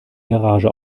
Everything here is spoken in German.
garage